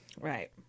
Right